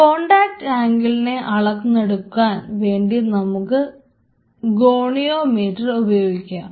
contact അങ്കിളിനെ അളന്നെടുക്കാൻ വേണ്ടി നമുക്ക് ഗോണിയോമീറ്റർ ഉപയോഗിക്കാം